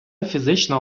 фізична